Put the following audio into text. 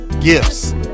gifts